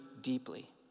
deeply